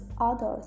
others